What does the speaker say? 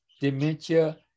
dementia